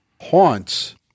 haunts